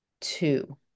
two